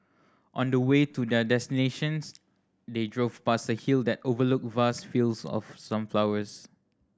on the way to their destinations they drove past a hill that overlooked vast fields of sunflowers